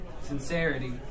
sincerity